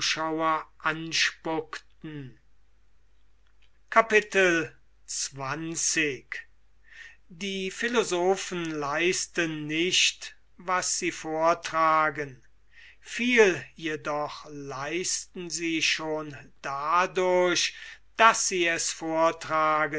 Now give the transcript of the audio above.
zuschauer anspuckten xx die philosophen leisten nicht was sie vortragen viel jedoch leisten sie daß sie es vortragen